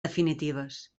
definitives